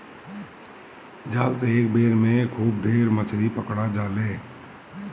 जाल से एक बेर में खूब ढेर मछरी पकड़ा जाले